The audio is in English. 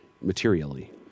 Materially